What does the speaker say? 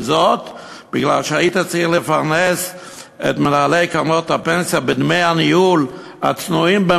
משום שהיית צריך לפרנס את מנהלי קרנות הפנסיה בדמי הניהול ה"צנועים".